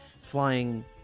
flying